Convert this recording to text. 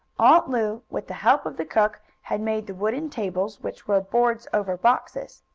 aunt lu, with the help of the cook, had made the wooden tables, which were boards over boxes.